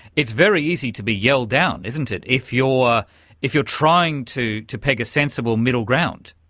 it's very easy to be yelled down, isn't it, if you're if you're trying to to peg a sensible middle ground.